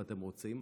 אם אתם רוצים,